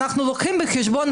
אנחנו מביאים את זה בחשבון,